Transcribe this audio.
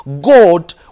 God